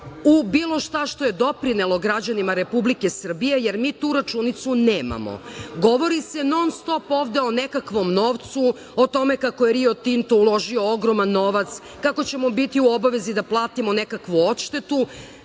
u bilo šta što je doprinelo građanima Republike Srbije, jer mi tu računicu nemamo. Govori se non-stop o nekakvom novcu, o tome kako je Rio Tinto uložio ogroman novac, kako ćemo biti u obavezi da platimo nekakvu odštetu.